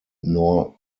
nor